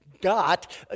got